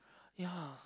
ya